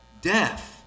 death